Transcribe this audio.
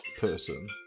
person